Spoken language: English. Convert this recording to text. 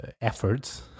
efforts